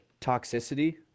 toxicity